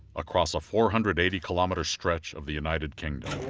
across a four-hundred eighty kilometer stretch of the united kingdom.